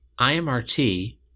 IMRT